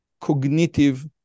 cognitive